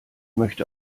möchte